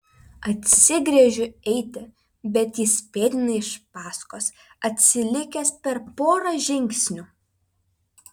apsigręžiu eiti bet jis pėdina iš paskos atsilikęs per porą žingsnių